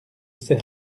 ses